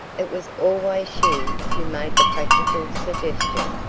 it was always she who made the practical suggestion,